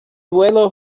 vuelo